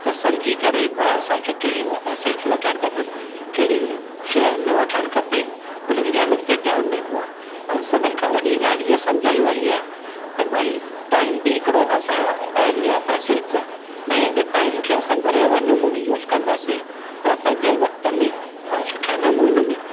त समझी करे भई असांखे कहिड़ियूं ऐसेट्स वठणु खपनि केड़ी शइ न वठणु खपे उनन ॻाल्हियुनि ते ध्यान ॾिबो आहे ऐं सभिनि खां वॾी ॻाल्हि इआ सम्झाई वइ आ त भई टाइम बि हिकिड़ो असांजो इहो ऐसेट्स आहे भई अगरि टाइम खे असां बराबरि नमुने यूस कंदासीं त पंहिंजे वक़्त में असां सुठे नमूने में